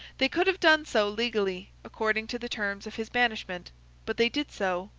they could have done so, legally, according to the terms of his banishment but they did so,